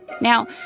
Now